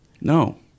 No